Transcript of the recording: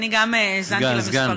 אני גם האזנתי למספרים,